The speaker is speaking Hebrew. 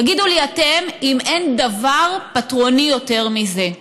תגידו לי אתם אם אין דבר פטרוני יותר מזה.